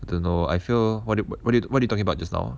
I don't know I feel what do you what do you what you talking about just now